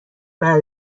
بعد